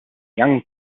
young